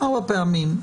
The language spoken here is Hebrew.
4 פעמים.